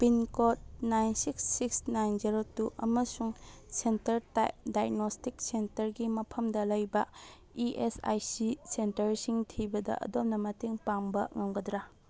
pincode nine six six nine zero two ꯑꯃꯁꯨꯡ centre type diagnostics ꯁꯦꯟꯇꯔꯒꯤ ꯃꯐꯝꯗ ꯂꯩꯕ ꯏ ꯑꯦꯁ ꯑꯥꯏ ꯁꯤ ꯁꯦꯟꯇꯔꯁꯤꯡ ꯊꯤꯕꯗ ꯑꯗꯣꯝꯅ ꯃꯇꯦꯡ ꯄꯥꯡꯕ ꯉꯝꯒꯗ꯭ꯔꯥ